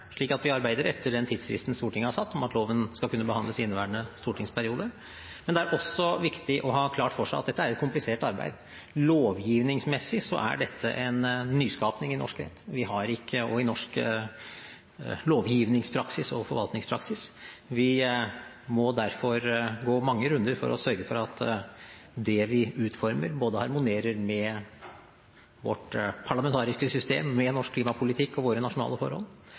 slik at vi arbeider etter den tidsfristen Stortinget har satt, at loven skal kunne behandles i inneværende stortingsperiode. Det er også viktig å ha klart for seg at dette er et komplisert arbeid. Lovgivningsmessig er dette en nyskaping i norsk rett, i norsk lovgivningspraksis og forvaltningspraksis. Vi må derfor gå mange runder for å sørge for at det vi utformer, harmonerer både med vårt parlamentariske system, med norsk klimapolitikk og med våre nasjonale forhold.